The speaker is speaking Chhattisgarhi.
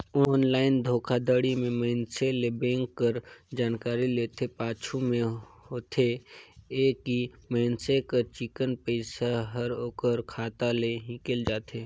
ऑनलाईन धोखाघड़ी में मइनसे ले बेंक कर जानकारी लेथे, पाछू में होथे ए कि मइनसे कर चिक्कन पइसा हर ओकर खाता ले हिंकेल जाथे